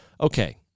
Okay